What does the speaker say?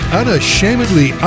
unashamedly